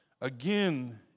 Again